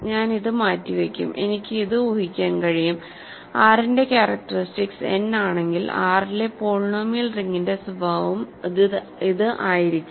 ഞാൻ ഇത് മാറ്റിവെക്കും എനിക്ക് ഇത് ഊഹിക്കാൻ കഴിയും R ന്റെ ക്യാരക്ടറിസ്റ്റിക്സ് n ആണെങ്കിൽ R ലെ പോളിനോമിയൽ റിങ്ങിന്റെ സ്വഭാവവും ഇത് ആയിരിക്കും